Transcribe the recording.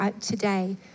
today